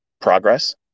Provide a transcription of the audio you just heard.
progress